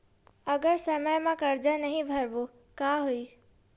अगर समय मा कर्जा नहीं भरबों का होई?